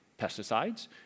pesticides